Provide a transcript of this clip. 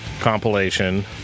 compilation